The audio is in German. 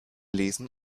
lesen